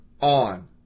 on